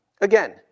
Again